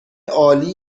عالی